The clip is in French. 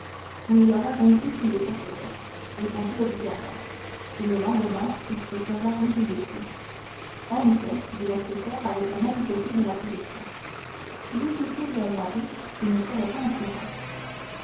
ou il aura rêvé qu'il les possédait répondit le gouverneur et le lendemain il se sera réveillé fou en effet dit l'inspecteur avec la naïveté de la corruption s'il eût été réellement riche il ne serait pas en prison